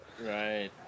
Right